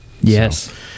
Yes